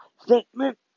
statement